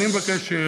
אני מבקש,